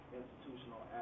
institutional